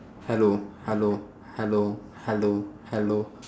hello hello hello hello hello